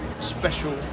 Special